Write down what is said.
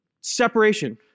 Separation